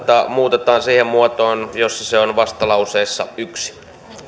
muutetaan siihen muotoon jossa se on vastalauseessa yksi